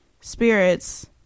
spirits